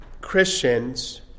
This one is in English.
Christians